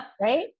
right